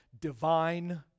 divine